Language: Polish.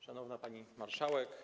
Szanowna Pani Marszałek!